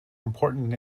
important